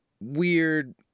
weird